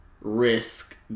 risk